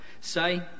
say